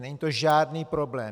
Není to žádný problém.